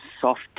soft